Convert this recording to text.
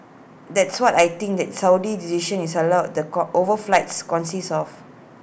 that's what I think that Saudi decision is allow the co overflights consists of